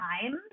time